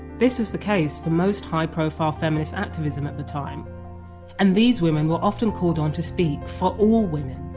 this was the case most high profile feminist activism at the time and these women were often called on to speak for all women